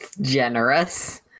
generous